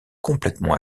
complètement